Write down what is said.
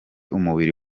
umubiri